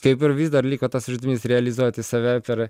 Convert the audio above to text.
kaip ir vis dar liko tas uždavinys realizuoti save per